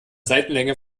seitenlänge